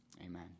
Amen